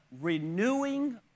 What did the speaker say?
renewing